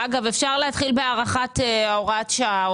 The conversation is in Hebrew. אגב, אפשר להתחיל בהארכת הוראת השעה.